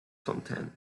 content